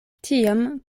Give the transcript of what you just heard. tiam